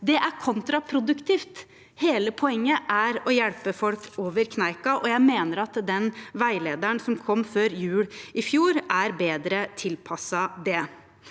Det er kontraproduktivt. Hele poenget er å hjelpe folk over kneika, og jeg mener at den veilederen som kom før jul i fjor, er bedre tilpasset det.